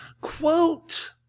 Quote